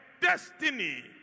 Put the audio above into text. destiny